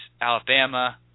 Alabama